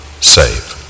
save